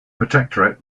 protectorate